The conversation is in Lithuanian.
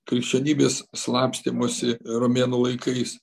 krikščionybės slapstymosi romėnų laikais